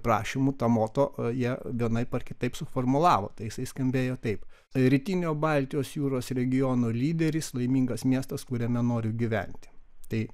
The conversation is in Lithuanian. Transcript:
prašymų tą moto jie vienaip ar kitaip suformulavo tai jisai skambėjo taip rytinio baltijos jūros regiono lyderis laimingas miestas kuriame noriu gyventi tai